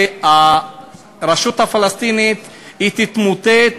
שהרשות הפלסטינית תתמוטט,